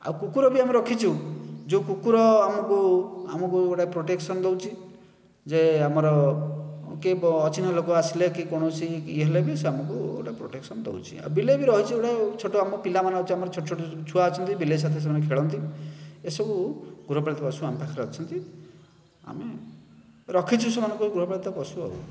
ଆଉ କୁକୁର ବି ଆମେ ରଖିଛୁ ଯେଉଁ କୁକୁର ଆମକୁ ଆମକୁ ଗୋଟିଏ ପ୍ରୋଟେକ୍ସନ ଦେଉଛି ଯେ ଆମର କେହି ଅଚିହ୍ନା ଲୋକ ଆସିଲେ କି କୌଣସି ଇଏ ହେଲେବି ସେ ଆମକୁ ଗୋଟିଏ ପ୍ରୋଟେକ୍ସନ ଦେଉଛି ବିଲେଇ ବି ରହିଛି ଗୋଟିଏ ଛୋଟ ଆମ ପିଲାମାନେ ଆମର ଛୋଟ ଛୋଟ ଛୁଆ ଅଛନ୍ତି ବିଲେଇ ସହିତ ସେମାନେ ଖେଳନ୍ତି ଏସବୁ ଗୃହପାଳିତ ପଶୁ ଆମ ପାଖରେ ଅଛନ୍ତି ଆମେ ରଖିଛୁ ସେମାନଙ୍କୁ ଗୃହପାଳିତ ପଶୁ ଆଉ